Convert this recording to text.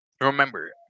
Remember